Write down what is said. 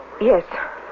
Yes